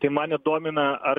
tai mane domina ar